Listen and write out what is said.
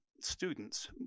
students